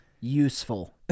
Useful